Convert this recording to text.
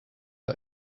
are